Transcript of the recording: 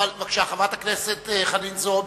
בבקשה, חברת הכנסת חנין זועבי.